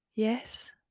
Yes